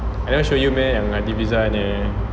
I never show you meh yang hady mirza nya